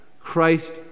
Christ